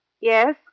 Yes